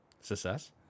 success